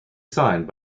signed